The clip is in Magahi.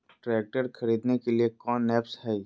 ट्रैक्टर खरीदने के लिए कौन ऐप्स हाय?